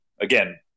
Again